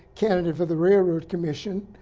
candidate for the railroad commission,